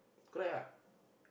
correct ah